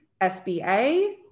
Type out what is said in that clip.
sba